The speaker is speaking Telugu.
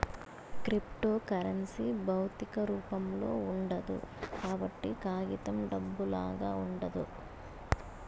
క్రిప్తోకరెన్సీ భౌతిక రూపంలో ఉండదు కాబట్టి కాగితం డబ్బులాగా ఉండదు